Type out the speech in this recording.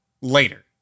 later